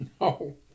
No